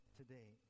today